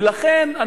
ולכן,